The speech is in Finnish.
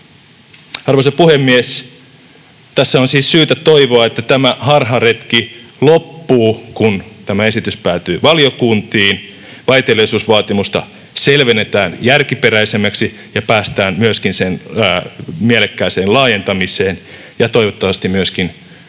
Arvoisa puhemies! Tässä on siis syytä toivoa, että tämä harharetki loppuu, kun tämä esitys päätyy valiokuntiin, vaiteliaisuusvaatimusta selvennetään järkiperäisemmäksi ja päästään myöskin sen mielekkääseen laajentamiseen ja toivottavasti myöskin nähdään